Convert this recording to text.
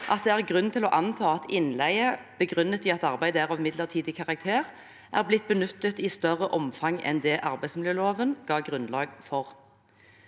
at det er grunn til å anta at innleie begrunnet i at arbeidet er av midlertidig karakter er blitt benyttet i større omfang enn det arbeidsmiljøloven ga grunnlag for